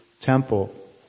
temple